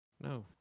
no